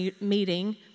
meeting